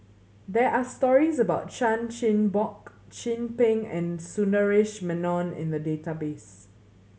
there are stories about Chan Chin Bock Chin Peng and Sundaresh Menon in the database